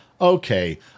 Okay